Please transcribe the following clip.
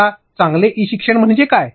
आता चांगले ई शिक्षण म्हणजे काय